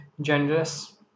generous